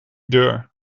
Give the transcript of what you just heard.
deur